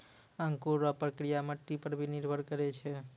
अंकुर रो प्रक्रिया मट्टी पर भी निर्भर करै छै